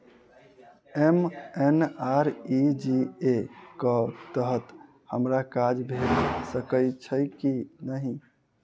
MNREGA कऽ तहत हमरा काज भेट सकय छई की नहि?